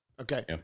Okay